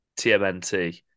TMNT